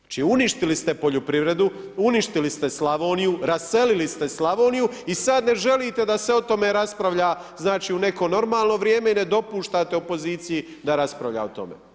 Znači uništili ste poljoprivredu, uništili ste Slavoniju, raselili ste Slavoniju i sad ne želite da se o tome raspravlja znači u neko normalno vrijeme, ne dopuštati opoziciji da raspravlja o tome.